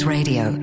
Radio